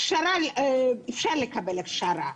אפשר לקבל הכשרה.